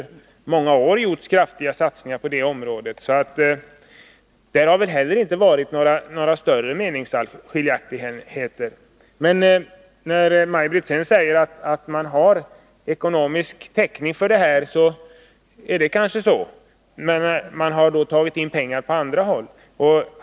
I det sammanhanget har det väl inte heller funnits några större meningsskiljaktigheter. När Maj Britt Theorin säger att socialdemokraterna har ekonomisk täckning för sina förslag, är det kanske så, men man har då tagit dessa pengar på andra håll.